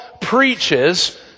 preaches